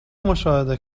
مشاهده